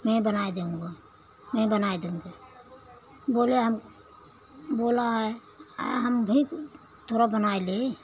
मैं बनाए देउंगी मैं बनाए देउंगी बोले हम बोला है हम भी थोड़ा बनाए लेई